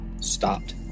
stopped